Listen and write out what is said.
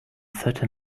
thirty